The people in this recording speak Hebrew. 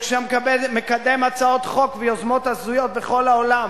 וכשהוא מקדם הצעות חוק ויוזמות הזויות בכל העולם,